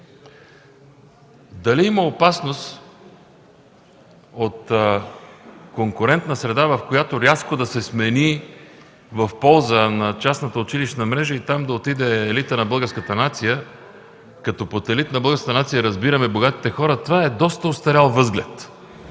Дали има опасност от конкурентна среда, която рязко да се смени в полза на частната училищна мрежа и там да отиде елитът на българската нация, като под „елит на българската нация” разбираме богатите хора – това е доста остарял възглед.